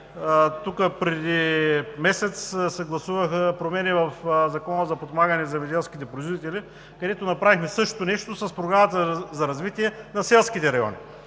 че преди месец се гласуваха промените в Закона за подпомагане на земеделските производители, където направихме същото нещо с Програмата за развитие на селските райони.